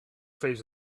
phase